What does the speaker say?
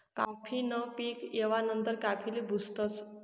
काफी न पीक येवा नंतर काफीले भुजतस